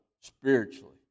spiritually